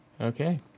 Okay